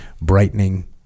brightening